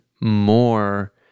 more